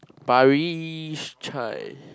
Parish try